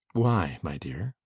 why, my dear?